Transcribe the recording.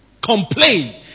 Complain